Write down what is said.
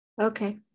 Okay